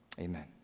Amen